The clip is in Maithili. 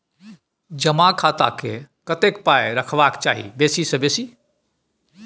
जमा खाता मे कतेक पाय रखबाक चाही बेसी सँ बेसी?